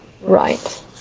Right